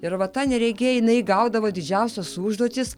ir vat ta neregė jinai gaudavo didžiausias užduotis